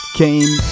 came